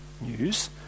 news